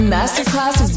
Masterclass